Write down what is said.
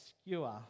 skewer